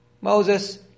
Moses